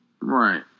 Right